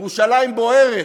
ירושלים בוערת,